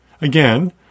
Again